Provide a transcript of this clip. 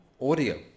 audio